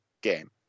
game